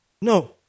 No